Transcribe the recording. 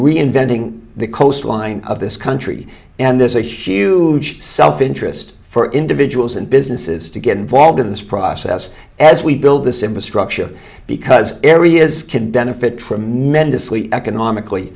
reinventing the coastline of this country and there's a huge self interest for individuals and businesses to get involved in this process as we build this infrastructure because areas can benefit tremendously economically